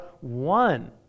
one